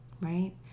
right